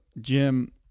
Jim